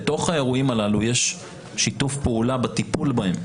בתוך האירועים הללו יש שיתוף פעולה בטיפול בהם.